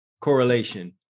correlation